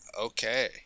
Okay